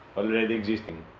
already existing